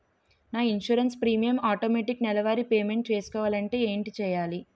నా insurance premium automatic నెలవారి payment చేసుకోవాలంటే ఏంటి చేయాలి?